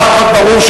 דבר אחד ברור,